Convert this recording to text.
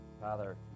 Father